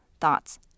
thoughts